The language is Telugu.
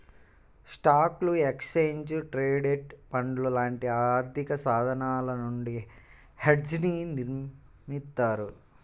స్టాక్లు, ఎక్స్చేంజ్ ట్రేడెడ్ ఫండ్లు లాంటి ఆర్థికసాధనాల నుండి హెడ్జ్ని నిర్మిత్తారు